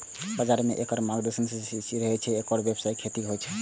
बाजार मे एकर मांग सदिखन बनल रहै छै, तें एकर व्यावसायिक खेती होइ छै